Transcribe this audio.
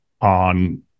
on